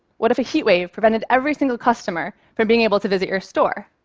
what if a heat wave prevented every single customer from being able to visit your store?